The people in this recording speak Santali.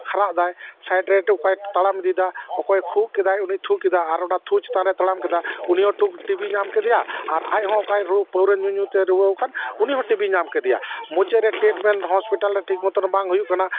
ᱠᱷᱟᱨᱟᱜ ᱮᱫᱟᱭ ᱥᱟᱭᱤᱰ ᱨᱮ ᱚᱠᱚᱭ ᱛᱟᱲᱟᱢ ᱤᱫᱤᱭᱮᱫᱟᱭ ᱚᱠᱚᱭ ᱠᱷᱩᱜ ᱠᱮᱫᱟᱭ ᱩᱱᱤᱭ ᱛᱷᱩ ᱠᱮᱫᱟ ᱟᱨ ᱚᱱᱟ ᱛᱷᱩ ᱪᱮᱛᱟᱱ ᱨᱮ ᱛᱟᱲᱟᱢ ᱠᱮᱫᱟ ᱩᱱᱤ ᱦᱚᱸ ᱴᱤᱵᱤ ᱧᱟᱢ ᱠᱮᱫᱮᱭᱟ ᱟᱨ ᱟᱡ ᱦᱚᱸ ᱚᱠᱚᱭ ᱨᱳᱜᱽ ᱯᱟᱹᱣᱨᱟᱹ ᱧᱩᱼᱧᱩᱛᱮ ᱨᱩᱣᱟᱹᱜᱠᱟᱱ ᱩᱱᱤ ᱦᱚᱸ ᱴᱤᱵᱤ ᱧᱟᱢ ᱠᱮᱫᱮᱭᱟ ᱢᱩᱪᱟᱹᱫ ᱨᱮ ᱴᱨᱤᱴᱢᱮᱱᱴ ᱦᱚᱥᱯᱤᱴᱟᱞ ᱨᱮ ᱴᱷᱤᱠ ᱢᱚᱛᱚᱱ ᱵᱟᱝ ᱦᱩᱭᱩᱜ ᱠᱟᱱᱟ